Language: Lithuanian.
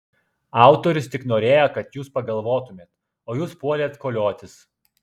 autorius tik norėjo kad jūs pagalvotumėt o jūs puolėt koliotis